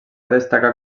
destacar